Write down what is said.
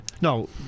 no